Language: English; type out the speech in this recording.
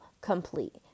complete